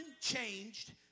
changed